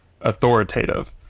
authoritative